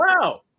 Wow